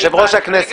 יושב-ראש הכנסת.